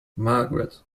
margaret